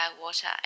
water